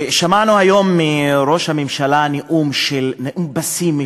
שמענו היום מראש הממשלה נאום פסימי,